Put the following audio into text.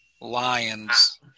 Lions